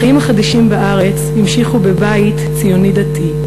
החיים החדשים בארץ המשיכו בבית ציוני-דתי,